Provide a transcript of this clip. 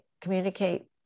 communicate